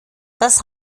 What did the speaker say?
das